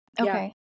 Okay